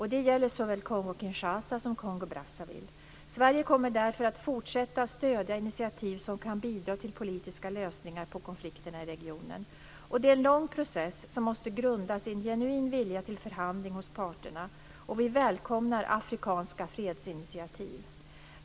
Det gäller såväl Kongo-Kinshasa som Kongo-Brazzaville. Sverige kommer därför att fortsätta stödja initiativ som kan bidra till politiska lösningar på konflikterna i regionen. Detta är en lång process som måste grundas i en genuin vilja till förhandling hos parterna. Vi välkomnar afrikanska fredsinitiativ.